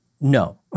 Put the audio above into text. No